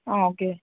okay